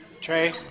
Trey